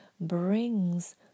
brings